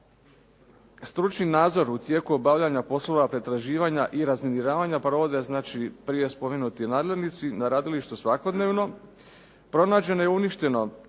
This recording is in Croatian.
Stručni nadzor u tijeku obavljanja poslova pretraživanja i razminiravanja provode znači prije spomenuti nadglednici na radilištu svakodnevno. Pronađeno je uništeno